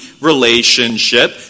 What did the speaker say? relationship